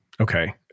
okay